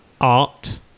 art